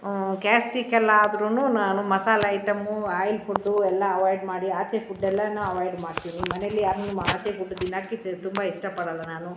gastric ಎಲ್ಲ ಆದ್ರೂ ನಾನು ಮಸಾಲೆ ಐಟಮು ಆಯಿಲ್ ಫುಡ್ಡು ಎಲ್ಲ ಅವಾಯ್ಡ್ ಮಾಡಿ ಆಚೆ ಫುಡ್ಡ್ ಎಲ್ಲಾನೂ ಅವಾಯ್ಡ್ ಮಾಡ್ತೀನಿ ಮನೆಯಲ್ಲಿ ಯಾರನ್ನೂ ಆಚೆ ಫುಡ್ ತಿನ್ನಕ್ಕೆ ಚ ತುಂಬ ಇಷ್ಟಪಡಲ್ಲ ನಾನು